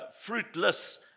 fruitless